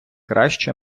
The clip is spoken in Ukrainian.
краще